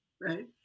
right